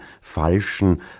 falschen